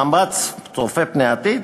עם מאמץ צופה פני עתיד,